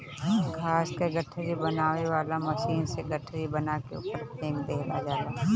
घास क गठरी बनावे वाला मशीन से गठरी बना के ऊपर फेंक देहल जाला